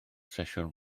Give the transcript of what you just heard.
sesiwn